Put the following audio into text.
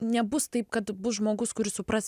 nebus taip kad bus žmogus kuris supras